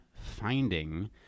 finding